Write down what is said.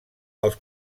els